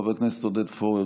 חבר הכנסת עודד פורר,